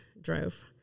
drove